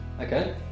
Okay